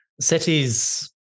SETI's